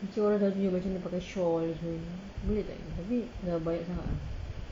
nanti orang dah tunjukkan macam mana pakai shawl semua tapi dah banyak sangat